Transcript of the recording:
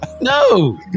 No